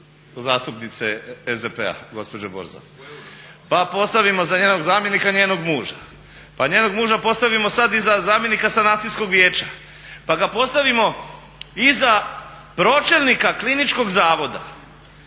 zastupnice SDP-a gospođe Borza, pa postavimo za njenog zamjenika njenog muža, pa njenog muža postavimo sad i za zamjenika sanacijskog vijeća, pa ga postavimo iza pročelnika kliničkog zavoda.